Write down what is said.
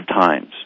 times